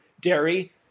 dairy